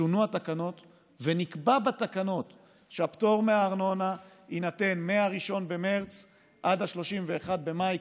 שונו התקנות ונקבע בתקנות שהפטור מהארנונה יינתן מ-1 במרץ עד 31 במאי,